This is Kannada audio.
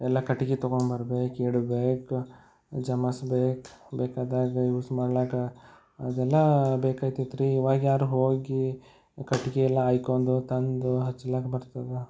ಎಲ್ಲ ಕಟ್ಗೆ ತಗೊಂಬರ್ಬೇಕು ಇಡ್ಬೇಕು ಜಮಸ್ಬೇಕು ಬೇಕಾದಾಗ ಯೂಸ್ ಮಾಡ್ಲಿಕ್ಕೆ ಅದೆಲ್ಲ ಬೇಕಾಯ್ತಿತ್ರಿ ಇವಾಗ ಯಾರು ಹೋಗಿ ಕಟ್ಗೆ ಎಲ್ಲ ಆಯ್ಕೊಂಡು ತಂದು ಹಚ್ಲಿಕ್ಕೆ ಬರ್ತದ